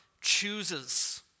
chooses